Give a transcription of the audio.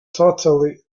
totally